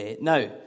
Now